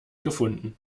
gefunden